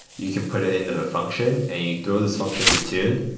you can put it in the function and you throw this function to tune,